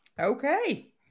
Okay